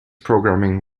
programming